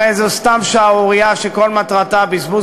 הרי זו סתם שערורייה שכל מטרתה בזבוז